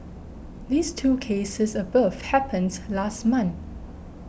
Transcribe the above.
these two cases above happens last month